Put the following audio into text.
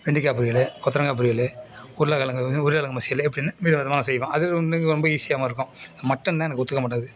வெண்டிக்காய் பொரியல் கொத்தவரங்கா பொரியல் உருளை கிழங்கு உருளை கிழங்கு மசியல் அப்படின்னு விதம் விதமாக செய்வோம் அது வந்து ரொம்ப ஈஸியாகவும் இருக்கும் மட்டன் தான் எனக்கு ஒத்துக்க மாட்டேங்குது